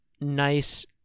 nice